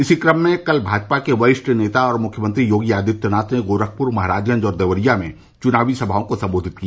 इसी क्रम में कल भाजपा के वरिष्ठ नेता और मुख्यमंत्री योगी आदित्यनाथ ने गोरखपुर महराजगंज और देवरिया में चुनावी सभाओं को संबोधित किया